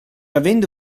avendo